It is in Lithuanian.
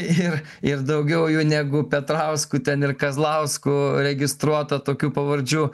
ir ir daugiau jų negu petrauskų ten ir kazlauskų registruota tokių pavardžių